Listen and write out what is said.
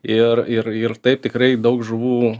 ir ir ir taip tikrai daug žuvų